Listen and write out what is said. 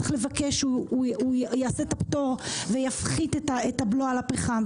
וצריך לבקש שהוא יעשה את הפטור ויפחית את הבלו על הפחם.